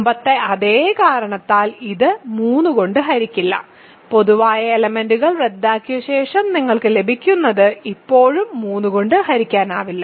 മുമ്പത്തെ അതേ കാരണത്താൽ ഇത് 3 കൊണ്ട് ഹരിക്കില്ല പൊതുവായ എലെമെന്റ്സ്കൾ റദ്ദാക്കിയതിനുശേഷം നിങ്ങൾക്ക് ലഭിക്കുന്നത് ഇപ്പോഴും 3 കൊണ്ട് ഹരിക്കാനാവില്ല